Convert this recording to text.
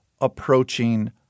approaching